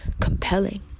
compelling